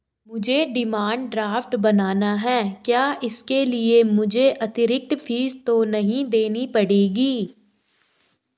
मुझे demand draft बनाना है क्या इसके लिए मुझे अतिरिक्त फीस तो नहीं देनी पड़ेगी?